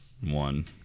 one